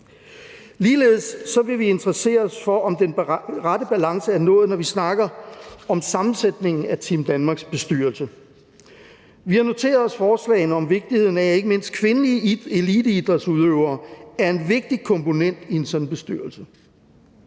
Ligeledes vil vi interessere os for, om den rette balance er nået, når vi snakker om sammensætningen af Team Danmarks bestyrelse. Vi har noteret os forslagene om vigtigheden af, at ikke mindst kvindelige eliteidrætsudøvere er en vigtig komponent i en sådan bestyrelse,